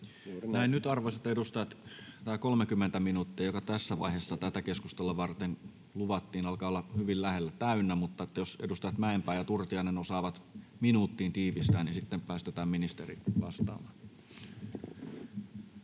Nyt, arvoisat edustajat, tämä 30 minuuttia, joka tässä vaiheessa keskustelua varten luvattiin, alkaa olla hyvin lähellä täynnä, mutta jos edustajat Mäenpää ja Turtiainen osaavat minuuttiin tiivistää, niin sitten päästetään ministeri vastaamaan.